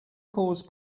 cause